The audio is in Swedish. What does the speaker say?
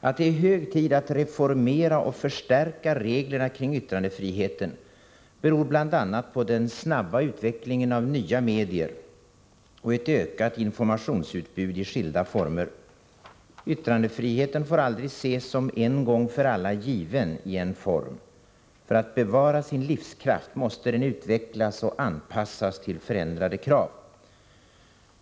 Att det är hög tid att reformera och förstärka reglerna kring yttrandefriheten beror bl.a. på den snabba utvecklingen när det gäller nya medier och ett ökat informationsutbud i skilda former. Yttrandefriheten får aldrig ses som en gång för alla given i en form. För att bevara sin livskraft måste den utvecklas och anpassas till förändrade krav.